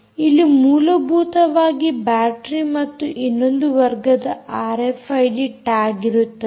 ಇಲ್ಲಿ ಮೂಲಭೂತವಾಗಿ ಬ್ಯಾಟರೀ ಮತ್ತು ಇನ್ನೊಂದು ವರ್ಗದ ಆರ್ಎಫ್ಐಡಿ ಟ್ಯಾಗ್ ಇರುತ್ತದೆ